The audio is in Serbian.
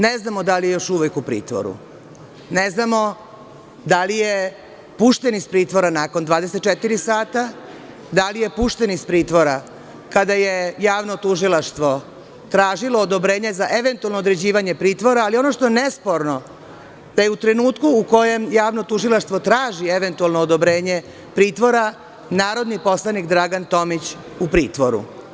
Ne znamo da li je još uvek u pritvoru, ne znamo da li je pušten iz pritvora nakon 24 časa, da li je pušten iz pritvora kada je Javno tužilaštvo tražilo odobrenje za eventualno određivanje pritvora, ali ono što je nesporno je da je u trenutku u kojem Javno tužilaštvo traži eventualno odobrenje pritvora, narodni poslanik Dragan Tomić u pritvoru.